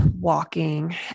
walking